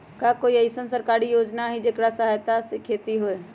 का कोई अईसन सरकारी योजना है जेकरा सहायता से खेती होय?